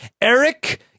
Eric